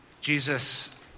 Jesus